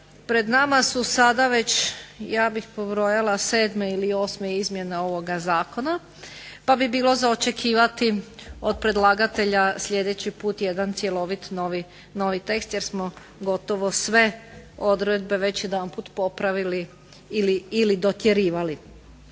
Pred nama su sada već ja bih pobrojala sedme ili osme izmjene ovog Zakona, pa bi bilo za očekivati od predlagatelja sljedeći put jedan cjelovit novi tekst jer smo gotovo sve odredbe već jedanput popravili ili dotjerivali.